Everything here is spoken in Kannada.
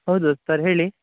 ಹೌದು ಸರ್ ಹೇಳಿ